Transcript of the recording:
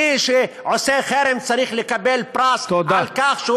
מי שעושה חרם צריך לקבל פרס על כך, תודה.